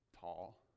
tall